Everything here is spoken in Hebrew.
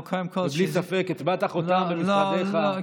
אבל קודם כול, ובלי ספק הטבעת חותם במשרדיך.